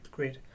Great